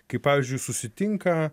kai pavyzdžiui susitinka